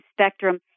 spectrum